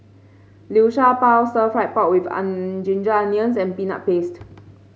Liu Sha Bao stir fry pork with Ginger Onions and Peanut Paste